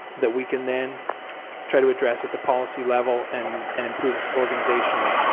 that we can then try to address at the policy level and and improve organizationally.